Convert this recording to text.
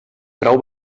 frau